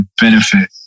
benefit